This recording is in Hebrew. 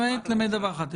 למעט דבר אחד.